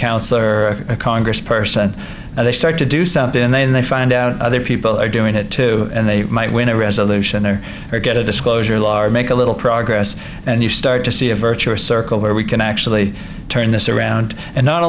councilor a congress person and they start to do something and then they find out other people are doing it and they might win a resolution there or get a disclosure laws make a little progress and you start to see a virtuous circle where we can actually turn this around and not